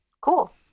cool